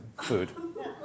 food